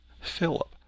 Philip